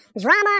drama